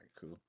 cool